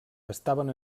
estaven